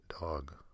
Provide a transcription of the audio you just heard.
dog